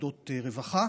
מוסדות רווחה,